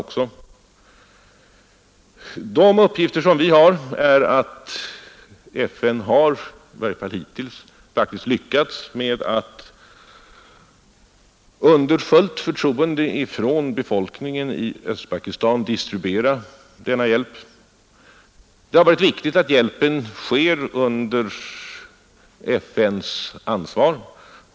Enligt de uppgifter som vi har fått har FN faktiskt — i varje fall hittills — lyckats med att under fullt förtroende från befolkningen i Östpakistan distribuera denna hjälp. Det har varit viktigt att hjälpen organiseras under FN:s ansvar.